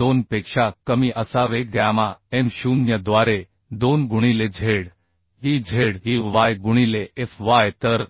2 पेक्षा कमी असावे गॅमा M 0 द्वारे 2 गुणिले zey गुणिले fy तर